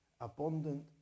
Abundant